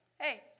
hey